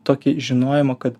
tokį žinojimą kad